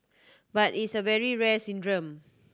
but it's a very rare syndrome